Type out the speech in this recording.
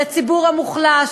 לציבור המוחלש,